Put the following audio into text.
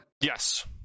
Yes